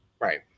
right